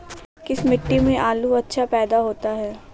किस मिट्टी में आलू अच्छा पैदा होता है?